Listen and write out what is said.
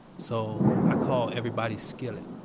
so i call everybody! skillet!